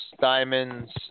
diamonds